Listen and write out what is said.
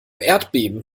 erdbeben